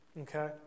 Okay